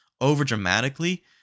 over-dramatically